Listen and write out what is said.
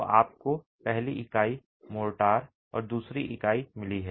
तो आपको पहली इकाई मोर्टार और दूसरी इकाई मिली है